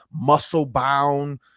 muscle-bound